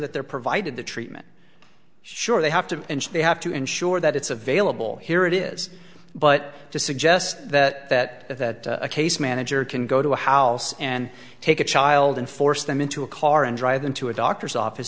that they're provided the treatment sure they have to and they have to ensure that it's available here it is but to suggest that that that a case manager can go to a house and take a child and force them into a car and drive them to a doctor's office